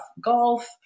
golf